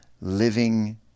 living